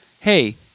hey